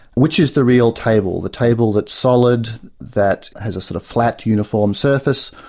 which is the real table? the table that's solid, that has a sort of flat uniform surface,